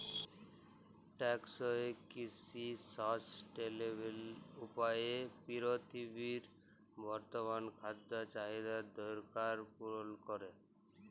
টেকসই কিসি সাসট্যালেবেল উপায়ে পিরথিবীর বর্তমাল খাদ্য চাহিদার দরকার পুরল ক্যরে